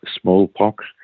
smallpox